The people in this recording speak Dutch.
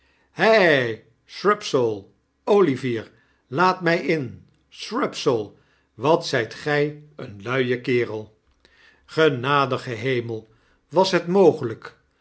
shrubsole olivier laat my in shrubsole wat zyt gjj een luie kerel genadige hemel was het mogelijk